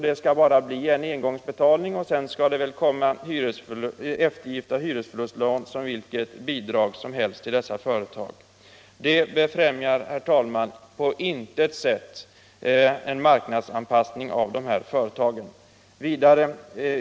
Det skall bara bli en engångsbetalning, och sedan skall det väl komma eftergift av hyresförlustlån som vilket bidrag som helst till dessa företag. Det befrämjar, herr talman, på intet sätt en marknadsanpassning av de här företagen.